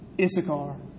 Issachar